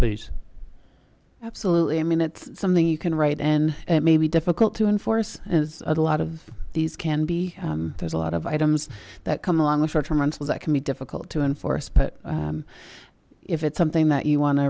please absolutely i mean it's something you can write in it may be difficult to enforce as a lot of these can be there's a lot of items that come along with short term rentals that can be difficult to enforce but if it's something that you wan